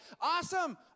awesome